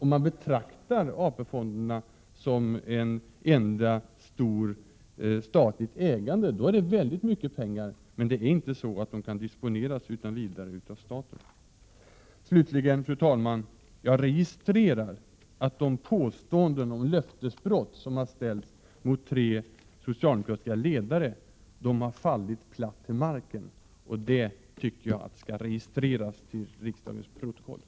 Om man betraktar AP-fonderna som ett enda stort statligt kapital, kan man säga att det är väldigt mycket pengar. Men det är inte så att staten kan disponera dessa utan vidare. Slutligen, herr talman, vill jag säga att de påståenden om löftesbrott som gjordes mot tre socialistiska ledare faller platt till marken. Det tycker jag skall registreras till riksdagens protokoll.